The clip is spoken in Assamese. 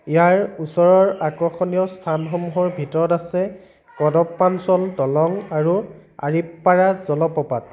ইয়াৰ ওচৰৰ আকৰ্ষণীয় স্থানসমূহৰ ভিতৰত আছে কদপ্পাঞ্চল দলং আৰু আৰিপ্পাৰা জলপ্ৰপাত